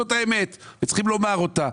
זאת האמת וצריכים לומר אותה.